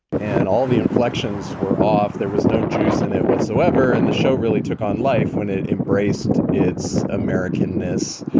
and all the inflections were off. there was no juice in it whatsoever and the show really took on life when it embraced its american ness.